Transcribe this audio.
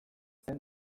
zen